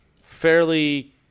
fairly